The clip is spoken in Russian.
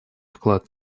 вклад